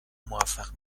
موفق